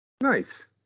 nice